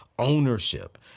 Ownership